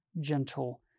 gentle